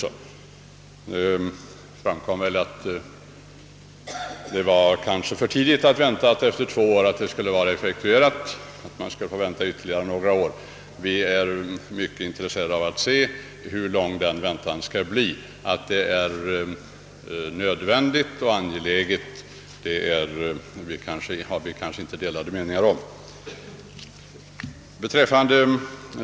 Det har väl framkommit att det kanske är för tidigt att vänta att beslutet skulle vara effektuerat efter två år och att man får vänta ytterligare några år, men vi är mycket intresserade av att veta, hur lång väntan blir. Om angelägenheten av en utredning tror jag inte vi har delade meningar.